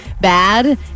bad